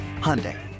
Hyundai